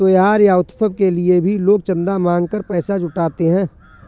त्योहार या उत्सव के लिए भी लोग चंदा मांग कर पैसा जुटाते हैं